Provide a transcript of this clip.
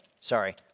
Sorry